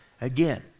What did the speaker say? Again